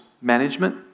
management